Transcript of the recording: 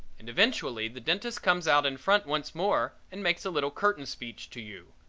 and eventually the dentist comes out in front once more and makes a little curtain speech to you.